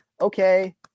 Okay